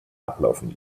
ablaufen